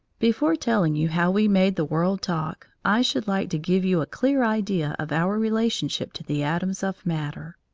before telling you how we made the world talk, i should like to give you a clear idea of our relationship to the atoms of matter.